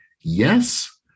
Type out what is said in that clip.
Yes